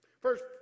First